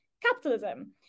capitalism